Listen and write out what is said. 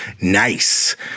nice